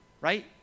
right